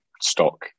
stock